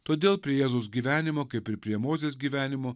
todėl prie jėzaus gyvenimo kaip ir prie mozės gyvenimo